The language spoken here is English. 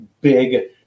big